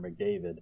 McDavid